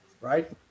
right